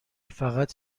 فقط